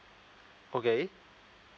okay